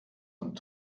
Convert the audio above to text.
und